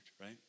right